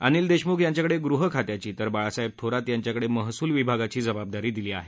अनिल देशमुख यांच्याकडे गृह खात्याची तर बाळासाहेब थोरात यांच्याकडे महसूल विभागाची जबाबदीरी दिली आहे